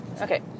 okay